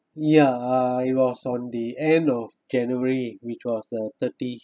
ya uh it was on the end of january which was the thirty